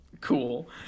Cool